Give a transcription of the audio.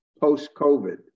post-COVID